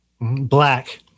Black